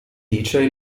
dice